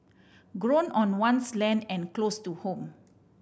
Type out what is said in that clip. grown on one's land and close to home